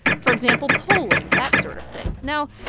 for example, polling that sort of thing now,